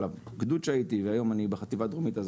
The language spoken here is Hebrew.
לגדוד שהייתי והיום אני בחטיבה הדרומית.